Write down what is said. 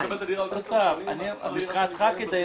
אם אני מקבל את הדירה בעוד עשר שנים --- מבחינתך כדייר,